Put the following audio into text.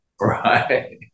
Right